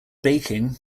baking